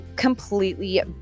completely